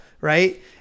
right